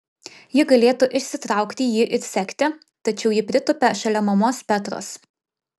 ji galėtų išsitraukti jį ir sekti tačiau ji pritūpia šalia mamos petros